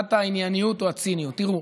לשאלת הענייניות או הציניות: תראו,